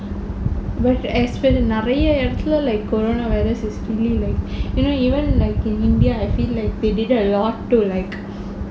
but as well நிறைய இடத்துலே:niraiya idatthulae like coronavirus is really like you know even like in india I feel like they did a lot to like